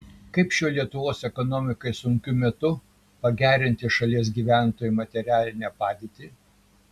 kaip šiuo lietuvos ekonomikai sunkiu metu pagerinti šalies gyventojų materialinę padėtį